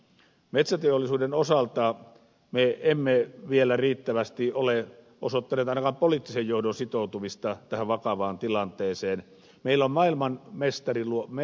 metsäteollisuuden osalta me emme vielä riittävästi ole osoittaneet ainakaan poliittisen johdon sitoutumista tähän vakavaan tilanteeseen millä maailman mestari luo me